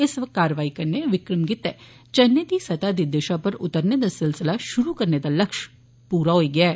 इस कार्रवाई कन्ने विक्रम गितै चन्नै दी सतह दी दिशा पर उतरने दा सिलसिला शुरू करने दा लक्ष्य पूरा होई गेआ ऐ